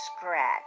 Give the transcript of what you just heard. scratch